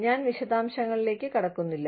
ഞാൻ വിശദാംശങ്ങളിലേക്ക് കടക്കുന്നില്ല